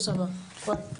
תודה,